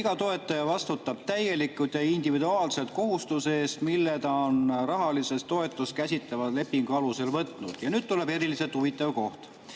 Iga toetaja vastutab täielikult ja individuaalselt kohustuste eest, mille ta on rahalist toetust käsitleva lepingu alusel võtnud. Ja nüüd tuleb eriliselt huvitav koht.